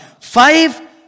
five